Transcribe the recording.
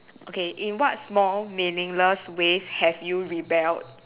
okay in what small meaningless ways have you rebelled